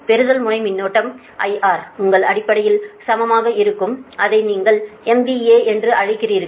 பெறுதல் முனை மின்னோட்டம் IR உங்கள் அடிப்படையில் சமமாக இருக்கும் அதை நீங்கள் MVA என்று அழைக்கிறீர்கள்